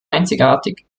einzigartig